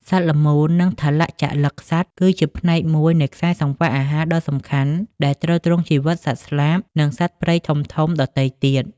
សត្វល្មូន និងថលជលិកសត្វគឺជាផ្នែកមួយនៃខ្សែសង្វាក់អាហារដ៏សំខាន់ ដែលទ្រទ្រង់ជីវិតសត្វស្លាប និងសត្វព្រៃធំៗដទៃទៀត។